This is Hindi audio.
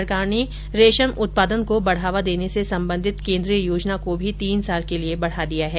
सरकार ने रेशम उत्पादन को बढ़ावा देने से संबंधित केंद्रीय योजना को भी तीन साल के लिए बढ़ा दिया है